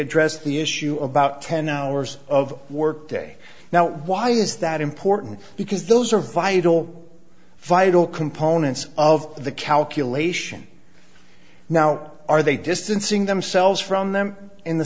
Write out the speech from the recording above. address the issue about ten hours of work day now why is that important because those are vital vital components of the calculation now are they distancing themselves from them in the